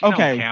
Okay